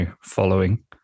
following